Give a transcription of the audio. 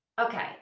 okay